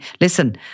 listen